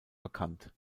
bekannt